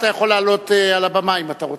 אתה יכול לעלות על הבמה אם אתה רוצה.